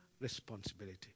responsibility